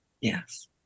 yes